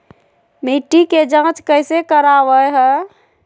मिट्टी के जांच कैसे करावय है?